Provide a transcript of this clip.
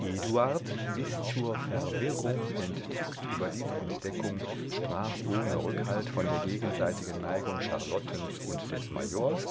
eduard bis zur verwirrung entzückt über diese entdeckung sprach ohne rückhalt von der gegenseitigen neigung charlottens und des majors